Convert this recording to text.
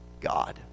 God